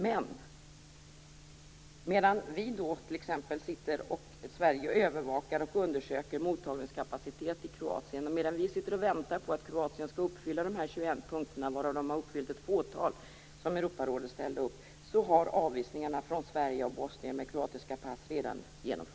Men medan vi i Sverige sitter och övervakar och undersöker Kroatiens mottagningskapacitet, och medan vi väntar på att Kroatien skall uppfylla de 21 punkter som Europarådet ställde upp, varav man uppfyllt ett fåtal, så har avvisningarna från Sverige av bosnierna med kroatiska pass redan genomförts.